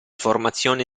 formazione